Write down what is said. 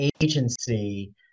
agency